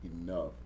enough